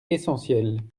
essentiels